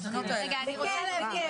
רגע, אני רוצה להבין.